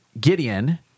Gideon